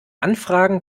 anfragen